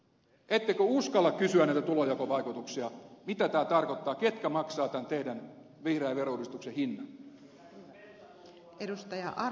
ettekö uskalla kysyä näitä tulojakovaikutuksia mitä tämä tarkoittaa ketkä maksavat tämän teidän vihreän verouudistuksenne hinnan